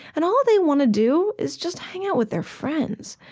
and all they want to do is just hang out with their friends.